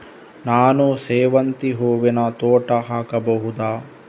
ನಾನು ಸೇವಂತಿ ಹೂವಿನ ತೋಟ ಹಾಕಬಹುದಾ?